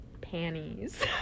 panties